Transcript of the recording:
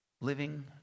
living